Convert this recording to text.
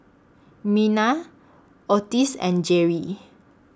Mena Ottis and Jeri